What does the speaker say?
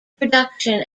production